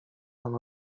and